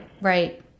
right